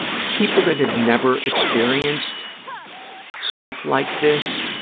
people that have never experienced stuff like this,